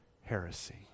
heresy